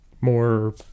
more